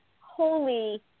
holy